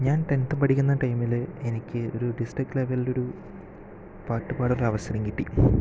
ഞാൻ ടെൻത് പഠിക്കുന്ന ടൈമില് എനിക്ക് ഒരു ഡിസ്ട്രിക്ട് ലെവലിൽ ഒരു പാട്ടുപാടാൻ അവസരം കിട്ടി